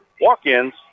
Walk-ins